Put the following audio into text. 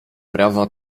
prawa